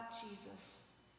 Jesus